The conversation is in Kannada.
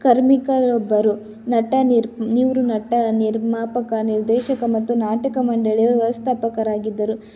ಕಾರ್ಮಿಕರೊಬ್ಬರು ನಟ ನಿರ್ಮ್ ನಿವ್ರ್ ನಟ ನಿರ್ಮಾಪಕ ನಿರ್ದೇಶಕ ಮತ್ತು ನಾಟಕ ಮಂಡಳಿಯ ವ್ಯವಸ್ಥಾಪಕರಾಗಿದ್ದರು